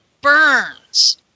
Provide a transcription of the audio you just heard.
burns